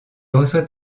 reçoit